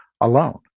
alone